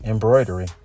Embroidery